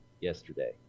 yesterday